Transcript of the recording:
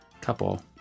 couple